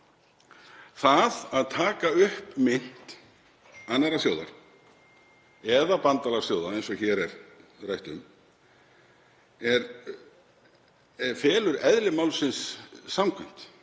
Það að taka upp mynt annarrar þjóðar eða bandalagsþjóða eins og hér er rætt um felur eðli málsins samkvæmt